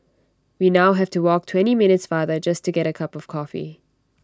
we now have to walk twenty minutes farther just to get A cup of coffee